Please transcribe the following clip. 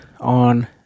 on